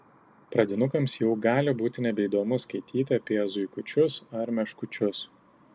pradinukams jau gali būti nebeįdomu skaityti apie zuikučius ar meškučius